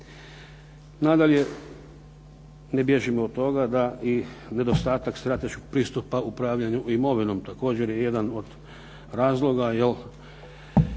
Nadalje, ne bježimo od toga da i nedostatak strateškog pristupa upravljanju imovinom također je jedan od razloga jer